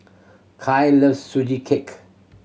Kai loves Sugee Cake